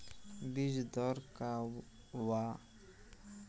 बीज दर का वा?